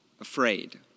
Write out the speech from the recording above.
afraid